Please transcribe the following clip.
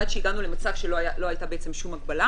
עד שהגענו למצב שלא הייתה שום הגבלה.